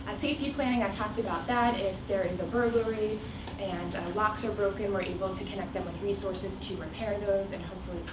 safety planning i talked about that. if there is a burglary and locks are broken, we're able to connect them with resources to repair those, and hopefully,